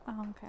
Okay